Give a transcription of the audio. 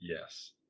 yes